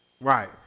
Right